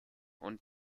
und